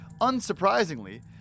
Unsurprisingly